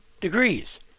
degrees